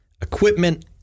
equipment